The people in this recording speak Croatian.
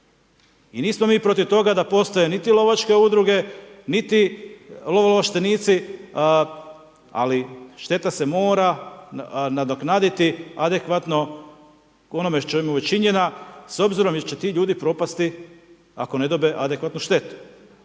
I nismo mi protiv toga da postoje niti lovačke udruge niti lovoovlaštenici ali šteta se mora nadoknaditi adekvatno ono čemu je učinjena s obzirom jer će ti ljudi propasti ako ne dobe adekvatnu štetu.